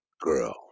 girl